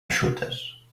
eixutes